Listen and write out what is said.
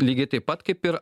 lygiai taip pat kaip ir